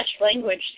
language